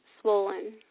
swollen